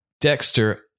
Dexter